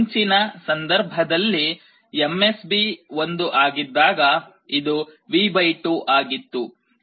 ಮುಂಚಿನ ಸಂದರ್ಭದಲ್ಲಿ MSB 1 ಆಗಿದ್ದಾಗ ಇದು V 2 ಆಗಿತ್ತು